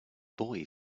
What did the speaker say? boy